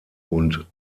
und